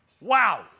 Wow